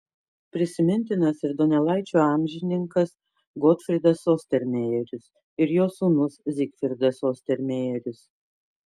prisimintinas ir donelaičio amžininkas gotfrydas ostermejeris ir jo sūnus zygfridas ostermejeris